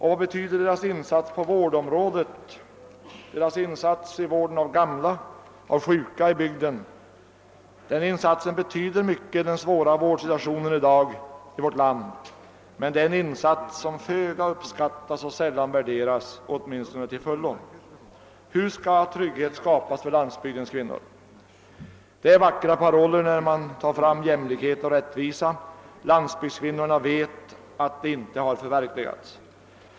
Landsbygdshusmödrarnas insats i vården av gamla och sjuka i bygden betyder mycket i dagens svåra vårdsituation i vårt land, men det är en insats som föga uppskattas och sällan värderas, åtminstone inte till fullo. Hur skall trygghet skapas för landsbygdens kvinnor? Jämlikhet och rättvisa är vackra paroller. Landsbygdskvinnorna vet att dessa inte har förverkligats.